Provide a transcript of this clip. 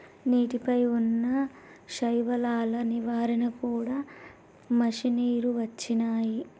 నీటి పై వున్నా శైవలాల నివారణ కూడా మషిణీలు వచ్చినాయి